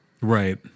Right